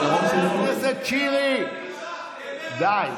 חבר הכנסת שירי, די.